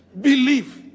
Believe